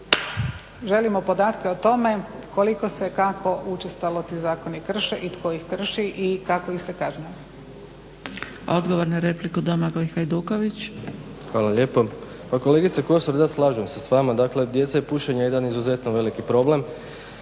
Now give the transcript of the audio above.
Želimo podatke o tome koliko se i kako učestalo ti zakoni krše i tko ih krši i kako ih se kažnjava. **Zgrebec, Dragica (SDP)** Odgovor na repliku, Domagoj Hajduković. **Hajduković, Domagoj (SDP)** Hvala lijepo. Pa kolegice Kosor da slažem se s vama. Dakle, djeca i pušenje je jedan izuzetno veliki problem.